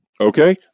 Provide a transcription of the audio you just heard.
Okay